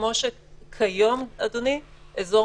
כמו שכיום, אדוני, איסור